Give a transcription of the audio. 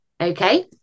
okay